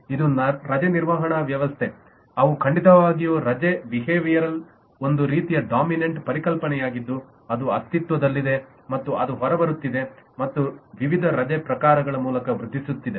ಇದು ರಜೆ ನಿರ್ವಹಣಾ ವ್ಯವಸ್ಥೆ ಅವು ಖಂಡಿತವಾಗಿಯೂ ರಜೆ ಬಿಹೇವ್ಯರಲ್ ಒಂದು ರೀತಿಯ ಡೋಮಿನಂಟ್ ಪರಿಕಲ್ಪನೆಯಾಗಿದ್ದು ಅದು ಅಸ್ತಿತ್ವದಲ್ಲಿದೆ ಮತ್ತು ಅದು ಹೊರಬರುತ್ತಿದೆ ಮತ್ತು ವಿವಿಧ ರಜೆ ಪ್ರಕಾರಗಳ ಮೂಲಕ ವೃದ್ಧಿಸುತ್ತದೆ